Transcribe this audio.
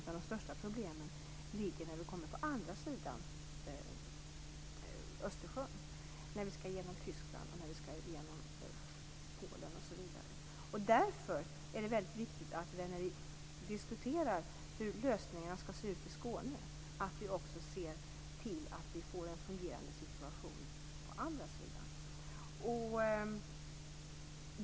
De största problemen ligger på andra sidan Östersjön - Tyskland och Polen osv. Därför är det viktigt att när vi diskuterar lösningarna i Skåne se till att det finns en fungerande situation på andra sidan.